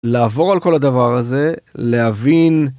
לעבור על כל הדבר הזה, להבין...